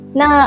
na